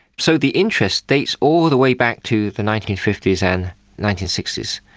so the interest dates all the way back to the nineteen fifty s and nineteen sixty s.